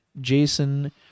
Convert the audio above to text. Jason